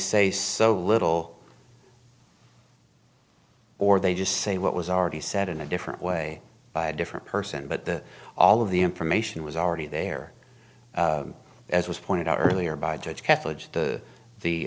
say so little or they just say what was already said in a different way by a different person but the all of the information was already there as was pointed out earlier by judge kessler the the